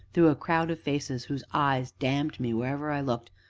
through a crowd of faces whose eyes damned me wherever i looked,